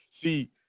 See